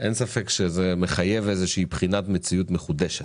אין ספק שזה מחייב איזושהי בחינת מציאות מחודשת.